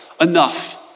enough